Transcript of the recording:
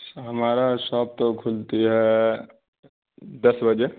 ہمارا شاپ تو کھلتی ہے دس بجے